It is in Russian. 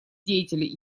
деятелей